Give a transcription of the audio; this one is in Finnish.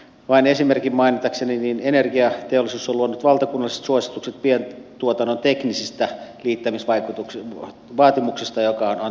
vain esimerkin mainitakseni energiateollisuus on luonut valtakunnalliset suositukset pientuotannon teknisistä liittämisvaatimuksista joka on tärkeä kysymys